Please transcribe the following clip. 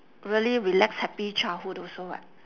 really relax happy childhood also [what]